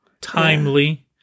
Timely